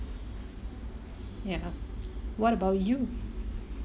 ya what about you